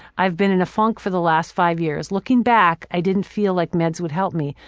i've been in a funk for the last five years. looking back, i didn't feel like meds would help me.